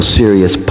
serious